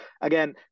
Again